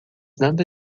nada